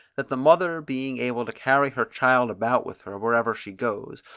that the mother being able to carry her child about with her, wherever she goes,